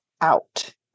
out